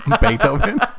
Beethoven